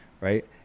right